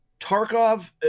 Tarkov